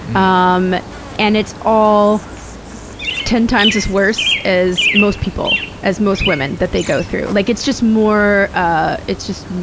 um and it's all ten times as worse as most people as most women, that they go through. like, it's just more ah it's just